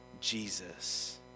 Jesus